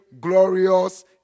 glorious